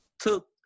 took